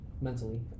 mentally